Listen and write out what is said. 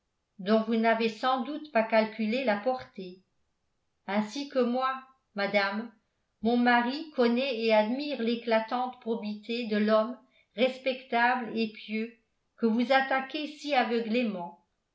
dont vous n'avez sans doute pas calculé la portée ainsi que moi madame mon mari connaît et admire l'éclatante probité de l'homme respectable et pieux que vous attaquez si aveuglément